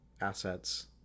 assets